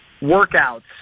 workouts